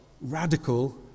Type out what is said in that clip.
radical